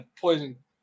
poison